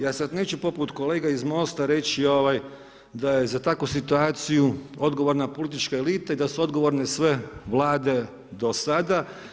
Ja sad neću poput kolega iz MOST-a reći ovaj, da je za takvu situaciju odgovorna politička elita i da su odgovorne sve vlade do sada.